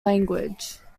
language